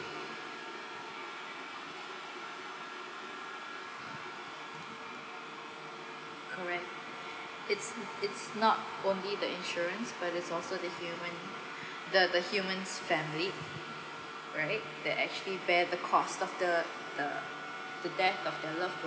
correct it's it's not only the insurance but it's also the human the the human's family right that actually bear the cost of the uh the death of their loved ones